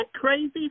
crazy